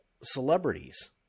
celebrities